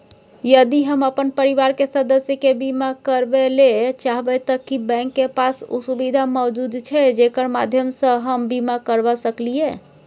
यदि हम अपन परिवार के सदस्य के बीमा करबे ले चाहबे त की बैंक के पास उ सुविधा मौजूद छै जेकर माध्यम सं हम बीमा करबा सकलियै?